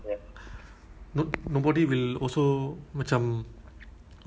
full time but because sekarang kan I teach tuition kan